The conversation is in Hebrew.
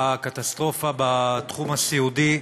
הקטסטרופה בתחום הסיעודי.